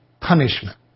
Punishment